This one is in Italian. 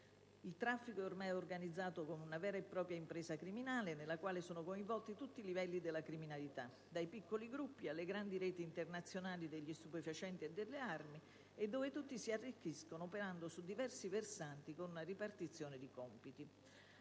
Il traffico è ormai organizzato come una vera e propria impresa criminale, nella quale sono coinvolti tutti i livelli della criminalità, dai piccoli gruppi alle grandi reti internazionali degli stupefacenti e delle armi, e dove tutti si arricchiscono operando su diversi versanti con una ripartizione di compiti.